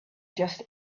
just